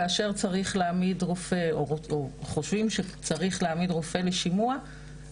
כאשר צריך להעמיד רופא או חושבים שצריך להעמיד רופא לשימוע,